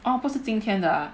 oh 不是今天的 ah